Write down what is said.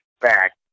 back